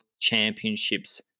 Championships